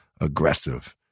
aggressive